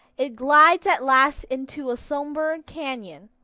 it glides at last into a somber canon.